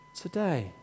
today